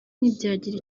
ntibyagira